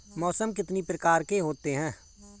मौसम कितनी प्रकार के होते हैं?